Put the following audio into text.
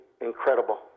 incredible